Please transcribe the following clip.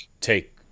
take